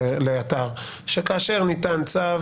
לאתר, שכאשר ניתן צו